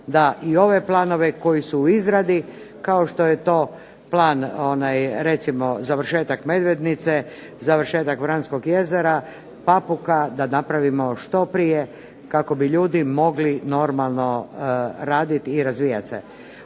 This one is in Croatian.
da i ove planove koji su u izradi kao što je to plan recimo završetak Medvednice, završetak Vranskog jezera, Papuka da napravimo što prije kako bi ljudi mogli normalno raditi i razvijati se.